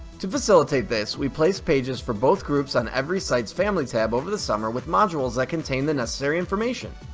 to facilitate this, we placed pages for both groups on every site's family tab over the summer with modules that contain the necessary information.